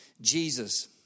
Jesus